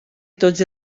tots